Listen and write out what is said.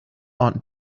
aunt